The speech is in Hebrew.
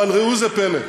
אבל ראו זה פלא,